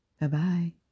Bye-bye